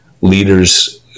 leaders